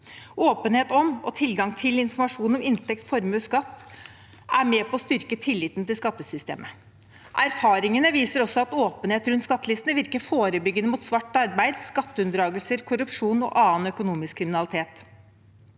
Åpenhet om og tilgang til informasjon om inntekt, formue og skatt er med på å styrke tilliten til skattesystemet. Erfaringene viser også at åpenhet rundt skattelistene virker forebyggende mot svart arbeid, skatteunndragelser, korrupsjon og annen økonomisk kriminalitet.